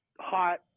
hot